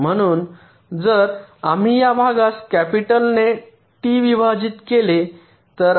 म्हणून जर आम्ही या भागास कॅपिटलने टी विभाजित केले तर आपणास ही उंची मिळेल